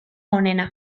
onena